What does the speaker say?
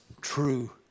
true